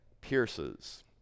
pierces